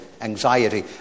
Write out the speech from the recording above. anxiety